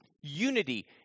Unity